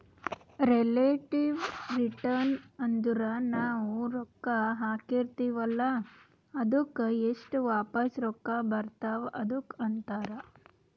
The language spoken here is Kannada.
ರೆಲೇಟಿವ್ ರಿಟರ್ನ್ ಅಂದುರ್ ನಾವು ರೊಕ್ಕಾ ಹಾಕಿರ್ತಿವ ಅಲ್ಲಾ ಅದ್ದುಕ್ ಎಸ್ಟ್ ವಾಪಸ್ ರೊಕ್ಕಾ ಬರ್ತಾವ್ ಅದುಕ್ಕ ಅಂತಾರ್